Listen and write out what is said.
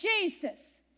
Jesus